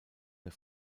der